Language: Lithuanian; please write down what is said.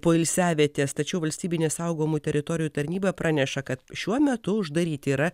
poilsiavietės tačiau valstybinė saugomų teritorijų tarnyba praneša kad šiuo metu uždaryti yra